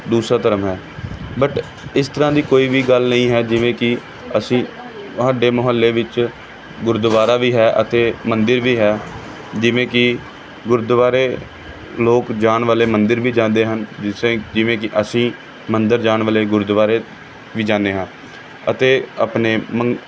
ਦੂਸਰਾ ਧਰਮ ਹੈ ਬੱਟ ਇਸ ਤਰ੍ਹਾਂ ਦੀ ਕੋਈ ਵੀ ਗੱਲ ਨਹੀਂ ਹੈ ਜਿਵੇਂ ਕਿ ਅਸੀਂ ਸਾਡੇ ਮੁਹੱਲੇ ਵਿੱਚ ਗੁਰਦੁਆਰਾ ਵੀ ਹੈ ਅਤੇ ਮੰਦਿਰ ਵੀ ਹੈ ਜਿਵੇਂ ਕਿ ਗੁਰਦੁਆਰੇ ਲੋਕ ਜਾਣ ਵਾਲੇ ਮੰਦਿਰ ਵੀ ਜਾਂਦੇ ਹਨ ਜਿਸ ਤਰ੍ਹਾਂ ਜਿਵੇਂ ਕਿ ਅਸੀਂ ਮੰਦਿਰ ਜਾਣ ਵਾਲੇ ਗੁਰਦੁਆਰੇ ਵੀ ਜਾਂਦੇ ਹਾਂ ਅਤੇ ਆਪਣੇ ਮੰ